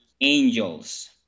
angels